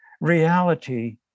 reality